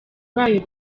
bayo